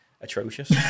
atrocious